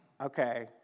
okay